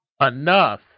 enough